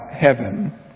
heaven